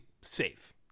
safe